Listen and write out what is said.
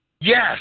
Yes